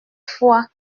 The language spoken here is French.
fois